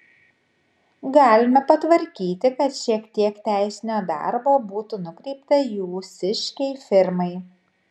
galime patvarkyti kad šiek tiek teisinio darbo būtų nukreipta jūsiškei firmai